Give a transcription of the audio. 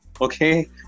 Okay